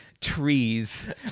trees